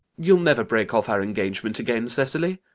you'll never break off our engagement again, cecily?